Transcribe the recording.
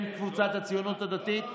הן של קבוצת הציונות הדתית,